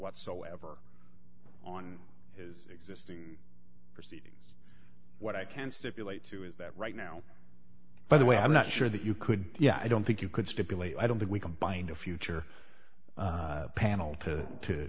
whatsoever on his existing what i can stipulate to is that right now by the way i'm not sure that you could yeah i don't think you could stipulate i don't think we can bind a future panel to